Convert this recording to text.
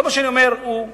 כל מה שאני אומר: אדוני,